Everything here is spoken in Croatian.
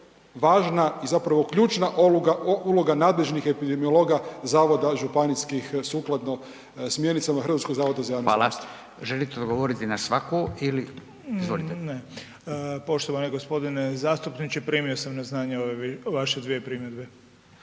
važna i zapravo ključna uloga nadležnih epidemiologa zavoda županijskih sukladno smjernicama HZJZ. **Radin, Furio (Nezavisni)** Fala. Želite li odgovoriti na svaku ili? Izvolite. **Beroš, Vili (HDZ)** Ne. Poštovani g. zastupniče, primio sam na znanje ove vaše dvije primjedbe.